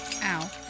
Ow